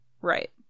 right